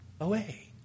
away